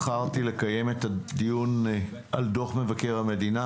בחרתי לקיים את הדיון על דוח מבקר המדינה